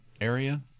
area